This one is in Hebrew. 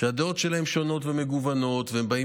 שהדעות שלהם שונות ומגוונות והם באים